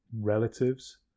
relatives